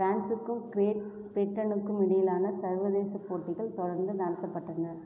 பிரான்ஸுக்கும் great பிரிட்டனுக்கும் இடையிலான சர்வதேச போட்டிகள் தொடர்ந்து நடத்தப்பட்டன